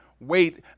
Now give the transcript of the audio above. Wait